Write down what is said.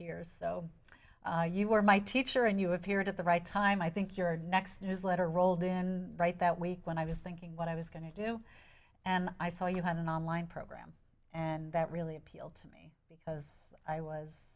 so you were my teacher and you appeared at the right time i think your next newsletter rolled in right that week when i was thinking what i was going to do and i saw you had an online program and that really appealed to me because i was